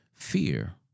Fear